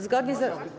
Zgodnie z.